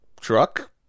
truck